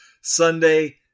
Sunday